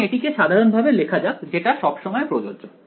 এখন এটিকে সাধারণ ভাবে লেখা যাক যেটা সব সময় প্রযোজ্য